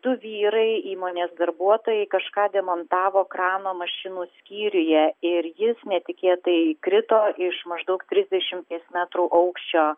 du vyrai įmonės darbuotojai kažką demontavo krano mašinų skyriuje ir jis netikėtai krito iš maždaug trisdešimties metrų aukščio